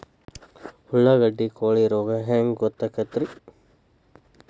ಉಳ್ಳಾಗಡ್ಡಿ ಕೋಳಿ ರೋಗ ಹ್ಯಾಂಗ್ ಗೊತ್ತಕ್ಕೆತ್ರೇ?